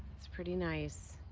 it's pretty nice.